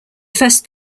first